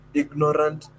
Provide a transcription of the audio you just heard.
ignorant